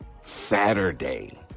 Saturday